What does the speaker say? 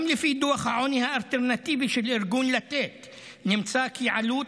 גם לפי דוח העוני האלטרנטיבי של ארגון לתת נמצא כי עלות